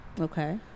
Okay